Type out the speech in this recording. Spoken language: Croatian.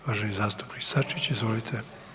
Uvaženi zastupnik Sačić, izvolite.